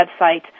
website